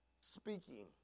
speaking